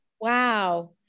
wow